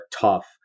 tough